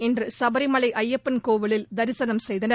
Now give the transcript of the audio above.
இன்று சபரிமலை ஐயப்பன் கோவிலில் தரிசனம் செய்தனர்